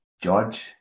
George